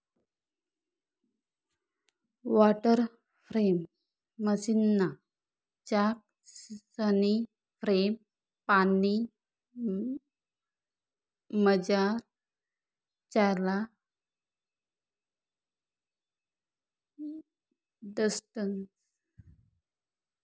water frame मशीनना चाकसनी frame पानीमझार चालाडतंस